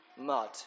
mud